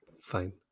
Fine